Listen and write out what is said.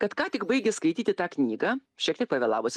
kad ką tik baigė skaityti tą knygą šiek tiek pavėlavus